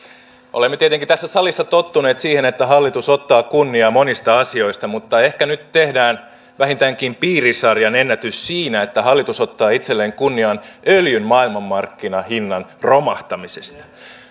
olemme tietenkin tässä salissa tottuneet siihen että hallitus ottaa kunnian monista asioista mutta ehkä nyt tehdään vähintäänkin piirisarjan ennätys siinä että hallitus ottaa itselleen kunnian öljyn maailmanmarkkinahinnan romahtamisesta